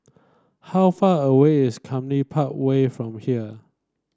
how far away is Cluny Park Way from here